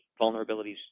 vulnerabilities